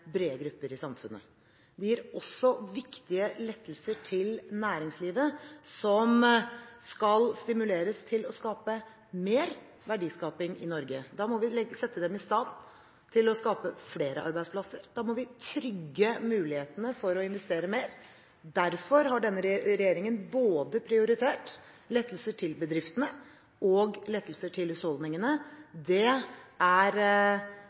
brede grupper i samfunnet. De gir også viktige lettelser til næringslivet, som skal stimuleres til å skape mer verdiskaping i Norge. Da må vi sette dem i stand til å skape flere arbeidsplasser, og vi må trygge mulighetene for å investere mer. Derfor har denne regjeringen både prioritert lettelser til bedriftene og lettelser til husholdningene. Det er